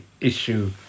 issue